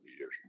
years